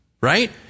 Right